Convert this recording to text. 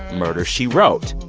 murder she wrote